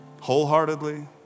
wholeheartedly